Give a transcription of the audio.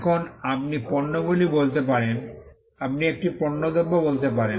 এখন আপনি পণ্যগুলি বলতে পারেন আপনি একটি পণ্যদ্রব্য বলতে পারেন